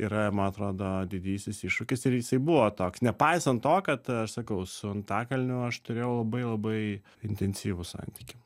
yra man atrodo didysis iššūkis ir jisai buvo toks nepaisant to kad aš sakau su antakalniu aš turėjau labai labai intensyvų santykį